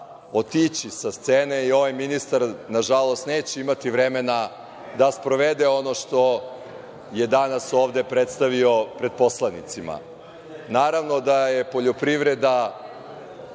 otići sa scene i ovaj ministar, nažalost, neće imati vremena da sprovede ono što je danas ovde predstavio pred poslanicima. Naravno da je poljoprivreda